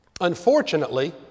Unfortunately